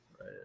Right